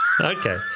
Okay